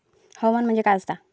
हवामान म्हणजे काय असता?